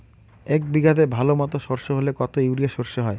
এক বিঘাতে ভালো মতো সর্ষে হলে কত ইউরিয়া সর্ষে হয়?